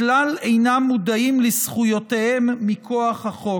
כלל אינם מודעים לזכויותיהם מכוח החוק.